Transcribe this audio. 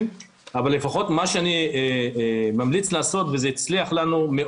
זו משימה מאוד